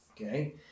Okay